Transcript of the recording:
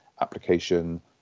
application